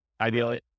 ideally